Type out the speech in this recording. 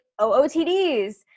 OOTDs